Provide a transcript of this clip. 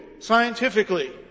Scientifically